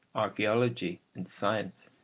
archaeology, and science,